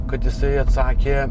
kad jisai atsakė